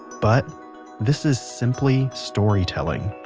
but this is simply storytelling.